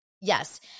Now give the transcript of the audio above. yes